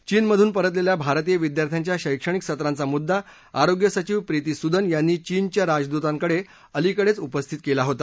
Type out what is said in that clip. चीनमधून परतलेल्या भारतीय विद्यार्थ्यांच्या शैक्षणिक सत्रांचा मुद्दा आरोग्य सचिव प्रीती सुदन यांनी चीनच्या राजदुतांकडे अलीकडेच उपस्थित केला होता